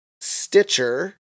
Stitcher